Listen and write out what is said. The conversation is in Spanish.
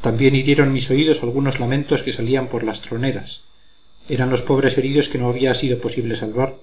también hirieron mis oídos algunos lamentos que salían por las troneras eran los pobres heridos que no había sido posible salvar